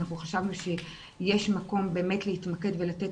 אנחנו חשבנו שיש מקום באמת להתמקד ולתת